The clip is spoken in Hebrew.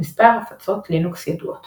מספר הפצות לינוקס ידועות